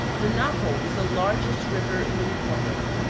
the napo is the largest river in the republic.